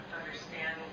understand